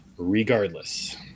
regardless